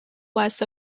west